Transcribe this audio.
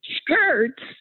Skirts